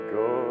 go